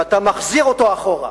ואתה מחזיר אותו אחורה.